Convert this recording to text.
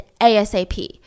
ASAP